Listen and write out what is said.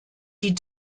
die